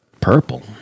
Purple